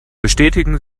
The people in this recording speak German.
bestätigen